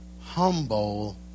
Humble